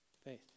Faith